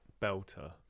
Belter